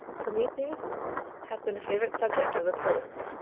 prometheus has been a favorite subject with the poets.